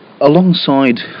alongside